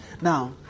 Now